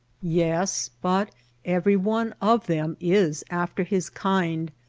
yes but everyone of them is, after his kind,